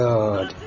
God